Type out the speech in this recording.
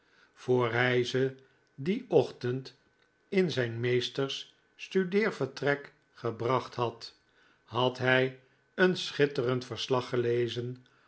voor hij ze dien ochtend in zijn meesters studeervertrek gebracht had had hij een schitterend verslag gelezen